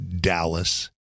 Dallas